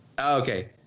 Okay